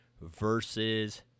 versus